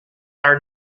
are